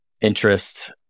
interest